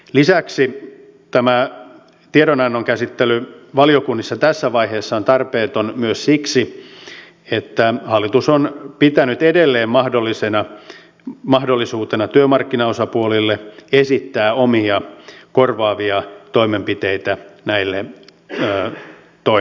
lisäksi tiedonannon käsittely valiokunnissa tässä vaiheessa on tarpeeton myös siksi että hallitus on pitänyt edelleen mahdollisuutena työmarkkinaosapuolille esittää omia korvaavia toimenpiteitä näille toimille